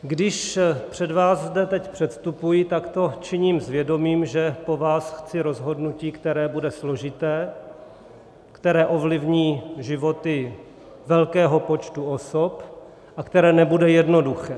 Když před vás zde teď předstupuji, tak to činím s vědomím, že po vás chci rozhodnutí, které bude složité, které ovlivní životy velkého počtu osob a které nebude jednoduché.